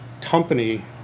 company